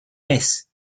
mes